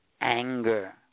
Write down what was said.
anger